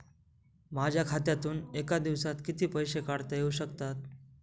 माझ्या खात्यातून एका दिवसात किती पैसे काढता येऊ शकतात?